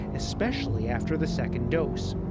especially after the second dose.